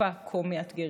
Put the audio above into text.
בתקופה כה מאתגרת.